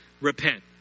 Repent